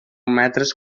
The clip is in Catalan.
metres